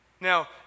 Now